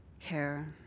care